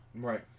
Right